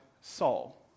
Saul